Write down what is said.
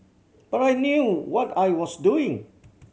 but I knew what I was doing